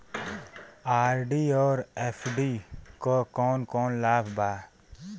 RD और FD क कौन कौन लाभ बा?